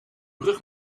brug